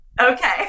Okay